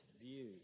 view